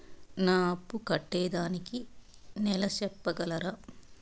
నా అప్పు కట్టేదానికి నెల సెప్పగలరా?